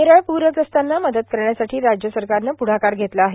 केरळ प्रग्रस्तांना मदत करण्यासाठी राज्य सरकारनं प्रढाकार घेतला आहे